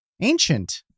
Ancient